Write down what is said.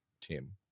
Tim